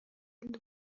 and